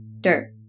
dirt